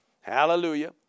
Hallelujah